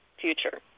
future